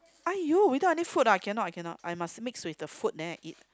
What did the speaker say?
!aiyo! without any food ah I cannot I cannot I must mix with the food then I eat